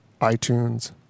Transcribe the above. itunes